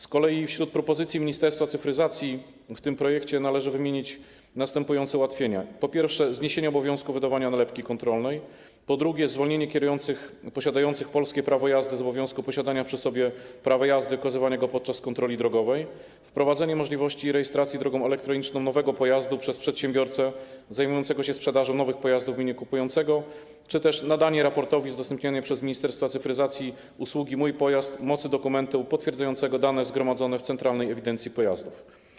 Z kolei wśród propozycji Ministerstwa Cyfryzacji zawartych w tym projekcie należy wymienić następujące ułatwienia: po pierwsze, zniesienie obowiązku wydawania nalepki kontrolnej; po drugie, zwolnienie kierujących posiadających polskie prawo jazdy z obowiązku posiadania przy sobie prawa jazdy i okazywania go podczas kontroli drogowej; wprowadzenie możliwości rejestracji drogą elektroniczną nowego pojazdu przez przedsiębiorcę zajmującego się sprzedażą nowych pojazdów w imieniu kupującego; czy też nadanie raportowi z udostępnianej przez Ministerstwo Cyfryzacji usługi „Mój pojazd” mocy dokumentu potwierdzającego dane zgromadzone w centralnej ewidencji pojazdów.